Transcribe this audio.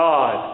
God